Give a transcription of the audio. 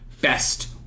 best